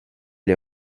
les